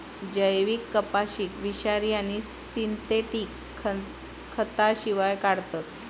जैविक कपाशीक विषारी आणि सिंथेटिक खतांशिवाय काढतत